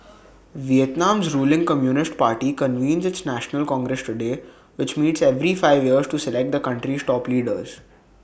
Vietnam's ruling communist party convenes its national congress today which meets every five years to select the country's top leaders